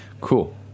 cool